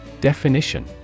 Definition